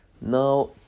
Now